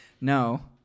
No